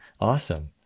Awesome